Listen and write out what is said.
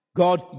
God